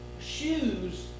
shoes